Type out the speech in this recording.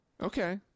Okay